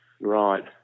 Right